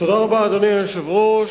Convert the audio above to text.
אדוני היושב-ראש,